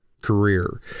career